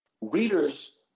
readers